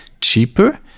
cheaper